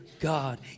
God